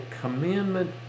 commandment